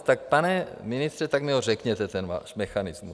Tak pane ministře, tak mi ho řekněte, ten váš mechanismus.